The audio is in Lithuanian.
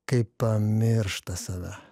kai pamiršta save